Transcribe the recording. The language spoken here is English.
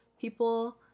people